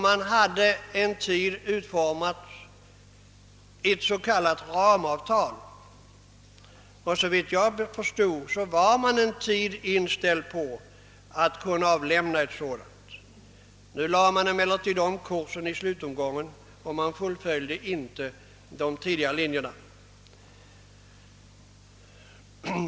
Man hade utformat ett förslag till s.k. ramavtal, och såvitt jag förstod var man en tid inställd på att kunna avlämna ett sådant förslag. Emellertid lade man om kursen i slutomgången och fullföljde inte denna tanke.